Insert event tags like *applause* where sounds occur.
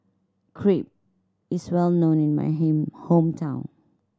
crepe is well known in my *unintelligible* hometown